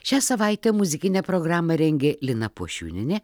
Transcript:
šią savaitę muzikinę programą rengė lina puošiūnienė